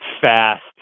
fast